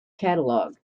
catalog